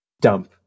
dump